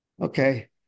okay